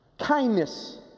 kindness